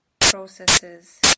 processes